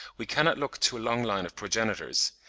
we cannot look to a long line of progenitors,